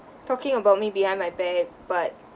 talking about me behind my back but